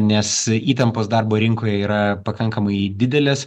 nes įtampos darbo rinkoje yra pakankamai didelės